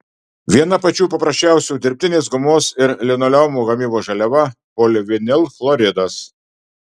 viena pačių paprasčiausių dirbtinės gumos ir linoleumo gamybos žaliava polivinilchloridas